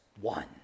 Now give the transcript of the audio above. one